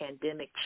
pandemic